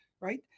right